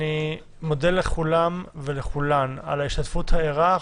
אני מודה לכולם ולכולן על ההשתתפות הערה,